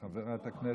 מחליפה אותה,